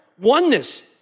oneness